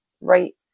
right